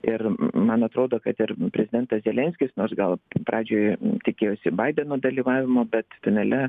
ir man atrodo kad ir prezidentas zelenskis nors gal pradžioje tikėjosi baideno dalyvavimo bet finale